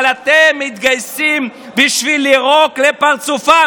אבל אתם מתגייסים בשביל לירוק בפרצופם.